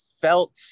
felt